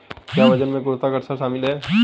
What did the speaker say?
क्या वजन में गुरुत्वाकर्षण शामिल है?